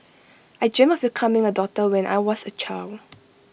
I dreamt of becoming A doctor when I was A child